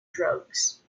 drugs